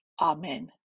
Amen